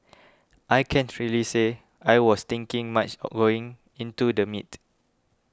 I can't really say I was thinking much going into the meet